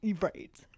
Right